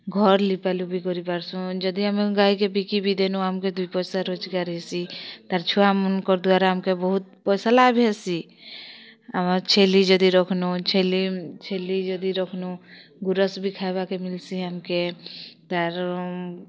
ଘର୍ ଲିପା ଲିପି ବି କରି ପାରସୁଁ ଯଦି ଆମେ ଗାଈ କୁ ବିକି ବି ଦେନୁ ଆମ୍ କେ ଦୁଇ ପଇସା ରୋଜଗାର୍ ହେଇସି ତାର୍ ଛୁଆ ମନଙ୍କର୍ ଦ୍ୱାରା ଆମ୍କେ ବହୁତ୍ ପଇସା ଲାଭ୍ ହେସି ଆମ ଛେଲି ଯଦି ରଖନୁ ଛେଲି ଯଦି ରଖନୁ ଗୁରସ୍ ବି ଖାଇବାକେ ମିଲ୍ ସି ଆମ୍ କେ ତାର୍